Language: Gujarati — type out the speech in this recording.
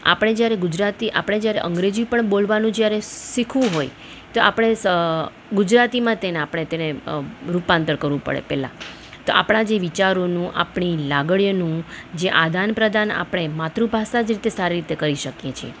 આપણે જ્યારે ગુજરાતી આપણે જ્યારે અંગ્રેજી પણ બોલવાનું જ્યારે શીખવું હોય તો આપણે ગુજરાતીમાં તેને આપણે તેને રૂપાંતર કરવું પડે પહેલાં તો આપણા જે વિચારોનું આપણી લાગણીઓનું જે આદાનપ્રદાન આપણે માતૃભાષા જ રીતે સારી રીતે કરી શકીએ છીએ